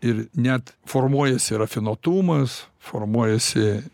ir net formuojasi rafinuotumas formuojasi